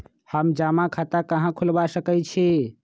हम जमा खाता कहां खुलवा सकई छी?